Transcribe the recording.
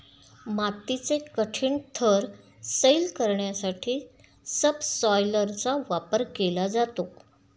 मातीचे कठीण थर सैल करण्यासाठी सबसॉयलरचा वापर केला जातो